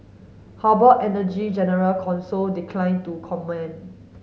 Harbour Energy general counsel declined to comment